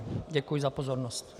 Děkuji za pozornost.